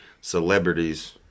celebrities